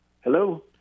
Hello